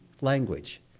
language